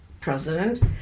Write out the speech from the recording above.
president